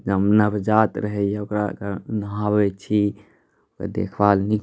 नवजात रहैए ओकरा नहाबै छी देखभाल नीक